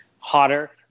hotter